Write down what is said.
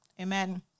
Amen